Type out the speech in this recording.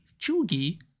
Chugi